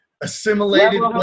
assimilated